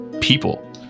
people